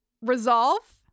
resolve